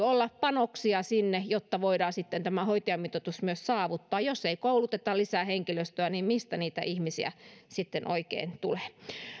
olla panoksia sinne jotta voidaan sitten tämä hoitajamitoitus myös saavuttaa jos ei kouluteta lisää henkilöstöä niin mistä niitä ihmisiä sitten oikein tulee